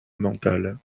mental